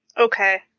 Okay